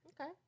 Okay